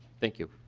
thank you.